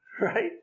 right